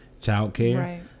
childcare